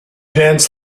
danced